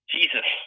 Jesus